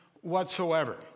whatsoever